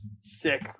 sick